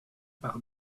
par